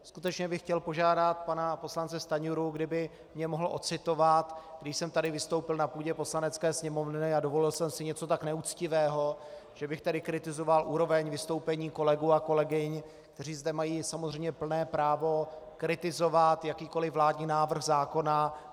Skutečně bych chtěl požádat pana poslance Stanjuru, kdyby mě mohl odcitovat, kdy jsem tady vystoupil na půdě Poslanecké sněmovny a dovolil jsem si něco tak neuctivého, že bych tady kritizoval úroveň vystoupení kolegů a kolegyň, kteří zde mají samozřejmě plné právo kritizovat jakýkoliv vládní návrh zákona.